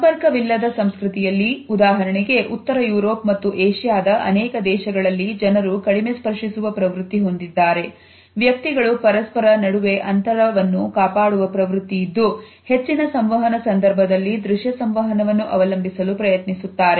ಸಂಪರ್ಕವಿಲ್ಲದ ಸಂಸ್ಕೃತಿಯಲ್ಲಿ ಉದಾಹರಣೆಗೆ ಉತ್ತರ ಯುರೋಪ್ ಮತ್ತು ಏಷ್ಯಾದ ಅನೇಕ ದೇಶಗಳಲ್ಲಿ ಜನರು ಕಡಿಮೆ ಸ್ಪರ್ಶಿಸುವ ಪ್ರವೃತ್ತಿ ಹೊಂದಿದ್ದಾರೆ ವ್ಯಕ್ತಿಗಳು ಪರಸ್ಪರ ನಡುವೆ ಅಂತರವನ್ನು ಕಾಪಾಡುವ ಪ್ರವೃತ್ತಿಯಿದ್ದು ಹೆಚ್ಚಿನ ಸಂವಹನ ಸಂದರ್ಭದಲ್ಲಿ ದೃಶ್ಯ ಸಂವಹನವನ್ನು ಅವಲಂಬಿಸಲು ಪ್ರಯತ್ನಿಸುತ್ತಾರೆ